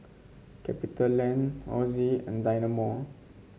Capitaland Ozi and Dynamo